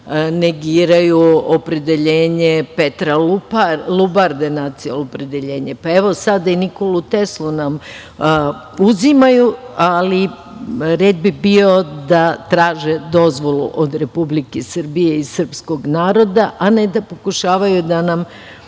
nacionalno opredeljenje Petra Lubarde. Evo sada i Nikolu Teslu nam uzimaju, ali red bi bio da traže dozvolu od Republike Srbije i srpskog naroda, a ne da pokušavaju da nam